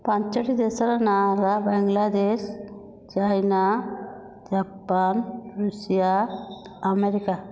ପାଞ୍ଚୋଟି ଦେଶର ନାମ ହେଲା Bangladesh China Japan Russia America